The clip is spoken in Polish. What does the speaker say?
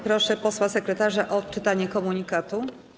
Proszę posła sekretarza o odczytanie komunikatów.